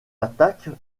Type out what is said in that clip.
attaquent